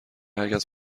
هرکس